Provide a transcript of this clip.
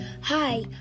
Hi